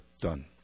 done